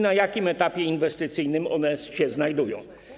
Na jakim etapie inwestycyjnym one się znajdują?